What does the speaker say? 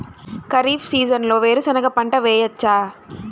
ఖరీఫ్ సీజన్లో వేరు శెనగ పంట వేయచ్చా?